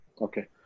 Okay